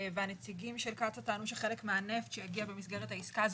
והנציגים של קצא"א טענו שחלק מהנפט שיגיע במסגרת העסקה הזאת,